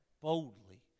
boldly